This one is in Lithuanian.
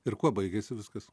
ir kuo baigiasi viskas